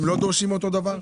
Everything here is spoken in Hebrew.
הם לא דורשים אותו הדבר?